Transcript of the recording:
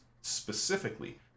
specifically